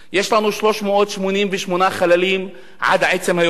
יש לנו 388 חללים עד עצם היום הזה.